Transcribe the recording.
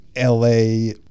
LA